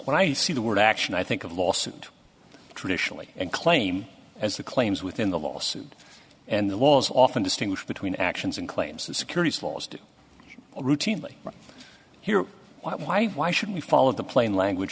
when i see the word action i think of lawsuit traditionally and claim as the claims within the lawsuit and the walls often distinguish between actions and claims of securities laws do or routinely here why why should we follow the plain language